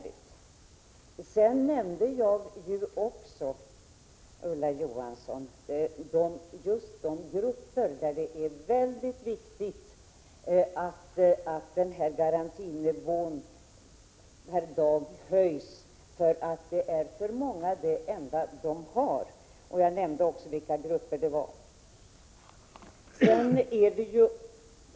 I mitt anförande nämnde jag också, Ulla Johansson, de grupper för vilka det är mycket viktigt att garantinivån höjs, eftersom denna ersättning för många är den enda inkomst de har.